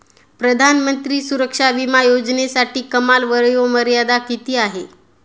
प्रधानमंत्री सुरक्षा विमा योजनेसाठी कमाल वयोमर्यादा किती आहे?